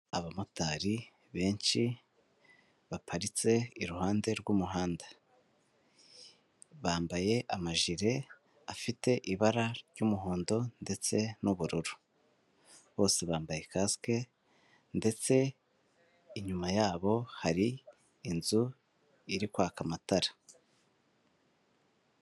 Abamotari benshi baparitse iruhande rw'umuhanda bambaye amajire afite ibara ry'umuhondo ndetse n'ubururu bose bambaye kasike ndetse inyuma yabo hari inzu iri kwaka amatara.